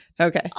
Okay